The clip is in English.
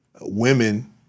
women